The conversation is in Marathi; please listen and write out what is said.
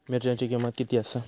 मिरच्यांची किंमत किती आसा?